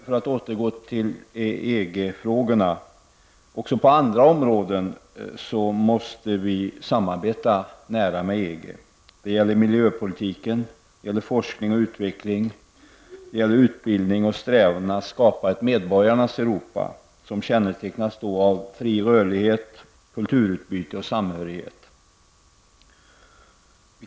För att återgå till EG-frågorna är det uppenbart att vi även på andra områden måste samarbeta nära med EG. Det gäller miljöpolitiken, forskning, utveckling, utbildning och i strävandena att skapa ett ''medborgarnas Europa'', som kännetecknas av fri rörlighet, kulturutbyte och samhörighet.